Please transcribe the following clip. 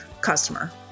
customer